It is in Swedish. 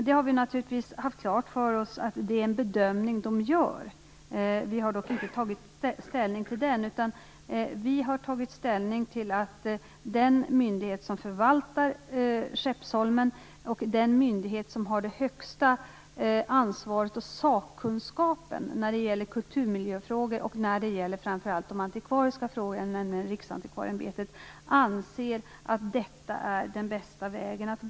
Vi har naturligtvis haft klart för oss att det är en bedömning de gör. Vi har dock inte tagit ställning till den, utan vi har tagit ställning till att den myndighet som förvaltar Skeppsholmen, den myndighet som har det högsta ansvaret och den största sakkunskapen när det gäller kulturmiljöfrågorna och fram för allt de antikvariska frågorna, nämligen Riksantikvarieämbetet, anser att detta är den bästa vägen att gå.